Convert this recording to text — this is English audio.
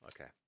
Okay